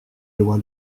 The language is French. loi